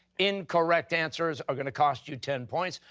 incorrect answers are going to cost you ten points.